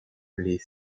les